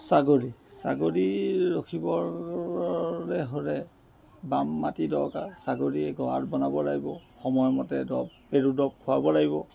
ছাগলী ছাগলী ৰখিবৰ বাবে হ'লে বাম মাটিৰ দৰকাৰ ছাগলীৰ গঁৰাল বনাব লাগিব সময়মতে দৰব পেলু দৰব খোৱাব লাগিব